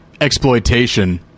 exploitation